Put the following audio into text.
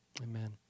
Amen